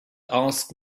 ask